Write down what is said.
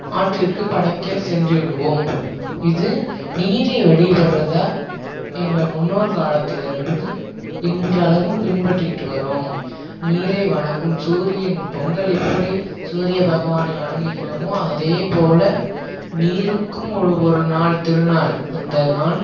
ஆற்றிற்கு படைக்க சென்று விடுவோம் இது நீரை வழிபடுறதாக எங்கள் முன்னோர் காலத்தில் இருந்து இன்றளவும் பின்பற்றிவிட்டு வரோம் நீரை வணங்கும் சூரியன் பொங்கல் எப்படி சூரிய பகவானை வணங்குகிறோமோ அதேப்போல நீருக்கும் ஒழு ஒரு நாள் திருநாள் அந்த நாள்